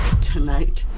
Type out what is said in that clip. tonight